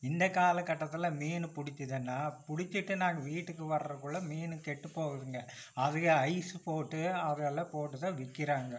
இந்த கால கட்டத்தில் மீன் பிடிச்சதுனா பிடிச்சிட்டு நாங்கள் வீட்டுக்கு வர்றதுக்குள்ள மீன் கெட்டு போகுதுங்கள் அதுக்கு ஐஸு போட்டு அதெல்லாம் போட்டுதான் விற்கிறாங்க